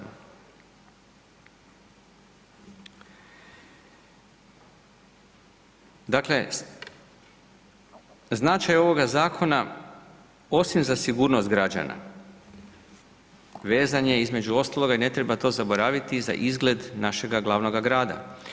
Dakle, značaj ovoga zakona, osim za sigurnost građana, vezan je, između ostaloga i ne treba to zaboraviti i za izgled našega glavnoga grada.